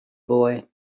boy